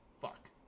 fuck